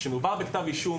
כאשר מדובר בכתב אישום,